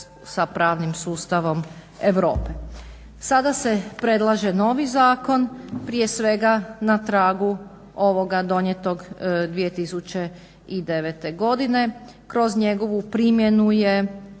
sa pravnim sustavom Europe. Sada se predlaže novi zakon, prije svega na tragu ovoga donijetog 2009. godine. Kroz njegovu primjenu je,